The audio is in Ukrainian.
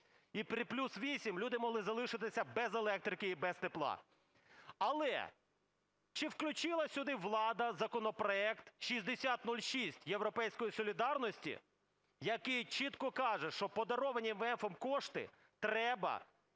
і при плюс 8 люди могли залишитися без електрики і без тепла. Але чи включила сюди влада законопроект 6006 "Європейської солідарності", який чітко каже, що подаровані МВФ кошти треба